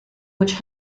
which